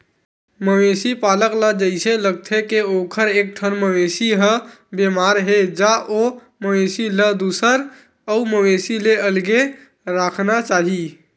मवेशी पालक ल जइसे लागथे के ओखर एकठन मवेशी ह बेमार हे ज ओ मवेशी ल दूसर अउ मवेशी ले अलगे राखना चाही